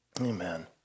Amen